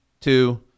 two